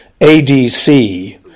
ADC